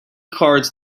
cards